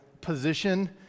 position